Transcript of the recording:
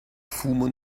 fumo